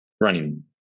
running